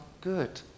good